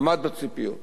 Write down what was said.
עמד בציפיות.